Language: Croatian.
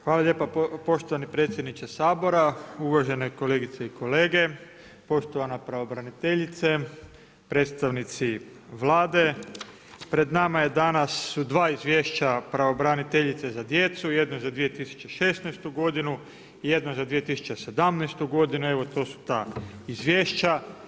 Hvala lijepo poštovani predsjedniče Sabora, uvažene kolegice i kolege, poštovana pravobraniteljice, predstavnici Vlade, pred nama je danas su 2 izvješća pravobraniteljice za djecu, jedno za 2016. g. i jedno za 2017. g. evo to su ta izvješća.